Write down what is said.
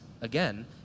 again